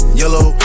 yellow